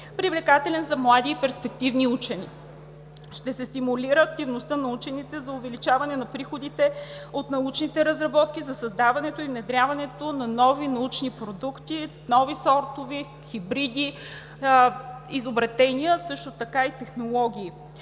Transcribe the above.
привлекателен за млади и перспективни учени. Ще се стимулира активността на учените за увеличаване на приходите от научните разработки за създаването и внедряването на нови научни продукти, нови сортове, хибриди, изобретения, а също така и технологии.